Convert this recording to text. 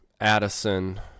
Addison